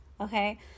Okay